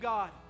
God